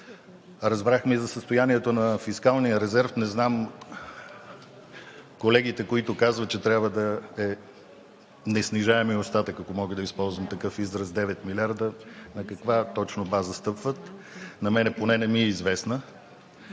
Разбрахме и за състоянието на фискалния резерв. Не знам колегите, които казват, че неснижаемият остатък, ако мога да използвам такъв израз, трябва да е девет милиарда, на каква точно база стъпват?! На мен поне не ми е известна,